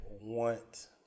want